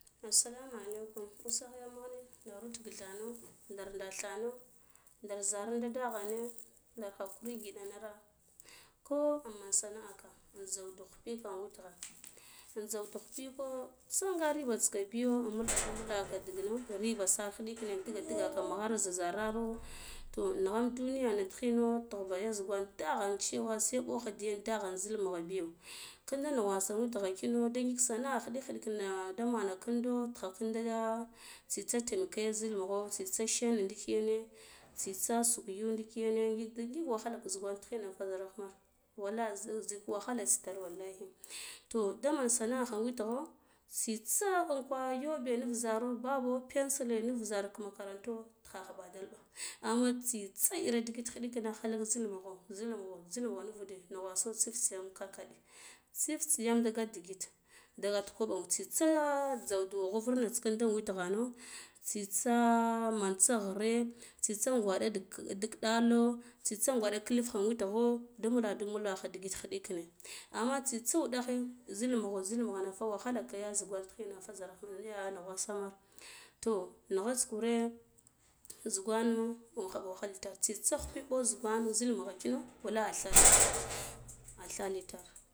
Assalamu alaikum usah yagh mare deru tighdthna ndar ndathano nder zira ndaghene nder hakuri giɗina nko man sana'a ka za guduf people in witgha in iza guduf pipu nga ribats ki biyo in mbuladu mbula ndigina riba sa khiɗikina intiga tiga nugharo zar za zararo toh naghen duniya tighino tughba ya zugan daghan cewa se ɓokhade yene daghen zil mugho biyo kinde nnugwasa in witgho da ngik sinda khiɗikin khiɗikin na dama kinɗo tigha kinde tsitsa temake zil mughu tsitsa shene adike tsitsa sule yuwe ndikine ngik wahala zugwan tiginafa zarahmer wallahi wahala zai zik zik za wahala tsitsi wallahi to demen sanda kha witgho tsitsa unkwu yobe nv ziro ɓadalɓe amma tsitsa iri digit khidiƙina halok zil mugho zil mugho zil mugho nur ude nnugwasa tsiftsiya n kar kade tsif tsiyan de get digit da gat koɓo tsitsa tsagdu vu vughurna tsi kinda witghano tsitsa man tsog ghire tsitsa gwa gwaɗa dig ɗalo tsitsa gwaɗa kilfe in wutgho da muladu muladu khiɗiƙine amma tsitsi wuɗighe zil mugha zil mughona fa wahda ya zugwan tihina zer zer niya nugwasan toh nighats kure zugwono in khub wahala itar tsitsa khipipo zugwan kino wallahi athal athal ita.